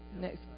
next